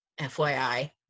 FYI